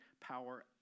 power